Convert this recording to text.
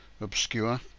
obscure